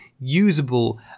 usable